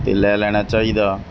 ਅਤੇ ਲੈ ਲੈਣਾ ਚਾਹੀਦਾ